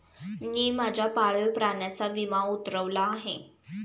मी माझ्या पाळीव प्राण्याचा विमा उतरवला आहे